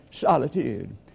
solitude